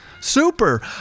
Super